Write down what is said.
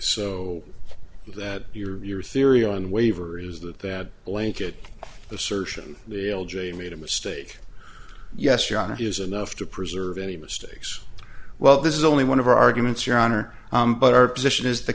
so that your theory on waiver is that that blanket assertion the l j made a mistake yes your honor is enough to preserve any mistakes well this is only one of our arguments your honor but our position is the